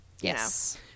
Yes